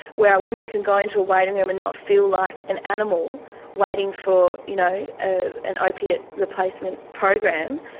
where women can go into a waiting room and not feel like an animal waiting for you know ah an opiate replacement program,